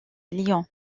lyon